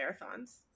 marathons